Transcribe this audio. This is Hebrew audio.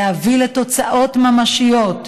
להביא לתוצאות ממשיות,